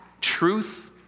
truth